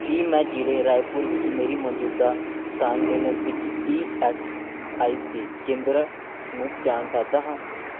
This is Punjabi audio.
ਕੀ ਮੈਂ ਜ਼ਿਲ੍ਹੇ ਰਾਏਪੁਰ ਵਿੱਚ ਮੇਰੀ ਮੌਜੂਦਾ ਸਥਾਨ ਦੇ ਨਜ਼ਦੀਕੀ ਈ ਐਸ ਆਈ ਸੀ ਕੇਂਦਰ ਨੂੰ ਜਾਣ ਸਕਦਾ ਹਾਂ